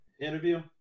interview